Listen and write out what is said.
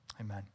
Amen